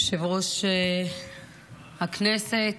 יושב-ראש הישיבה,